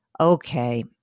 Okay